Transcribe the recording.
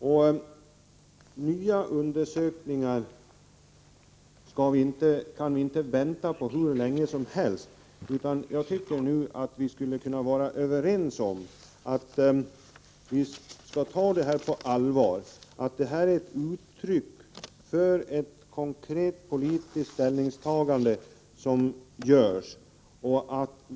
Vi kan inte vänta på nya undersökningar hur länge som helst. Jag tycker att vi kunde vara överens om att ta regeringsförslaget på allvar. Det är ett uttryck för ett konkret politiskt ställningstagande.